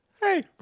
Hey